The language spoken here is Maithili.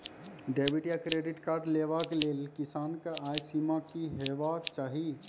डेबिट या क्रेडिट कार्ड लेवाक लेल किसानक आय सीमा की हेवाक चाही?